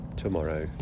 tomorrow